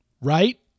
Right